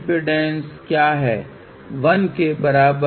लेकिन यहाँ पर इंडक्टर और कपैसिटर के मान बहुत बहुत छोटे हैं